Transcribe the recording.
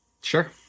Sure